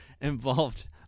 involved